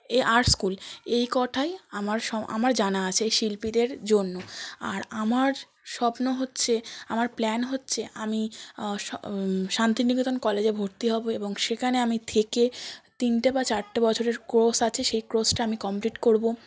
এ arts school এই কঠাই আমার সো আমার জানা আছে এ শিল্পীদের জন্য আর আমার স্বপ্ন হচ্ছে আমার প্ল্যান হচ্ছে আমি সো শান্তিনিকেতন কলেজে ভর্তি হবো এবং সেখানে আমি থেকে তিনটে বা চারটে বছরের কোর্স আছে সেই কোর্সটা আমি কমপ্লিট করব